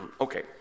Okay